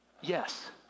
yes